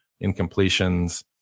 incompletions